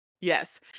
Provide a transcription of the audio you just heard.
Yes